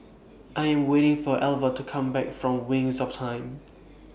I Am waiting For Elva to Come Back from Wings of Time